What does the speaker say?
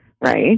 right